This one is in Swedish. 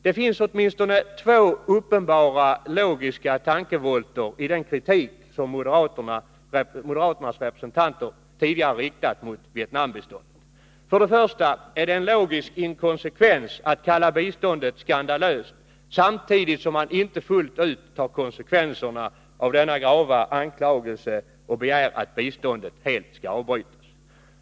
Det finns åtminstone två uppenbara logiska tankevolter i den kritik som moderaternas representanter riktar mot Vietnambiståndet. För det första är det en logisk inkonsekvens att kalla biståndet skandalöst utan att fullt ut ta konsekvenserna av denna grava anklagelse och begära att biståndet helt skall avbrytas.